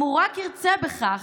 אם הוא רק ירצה בכך,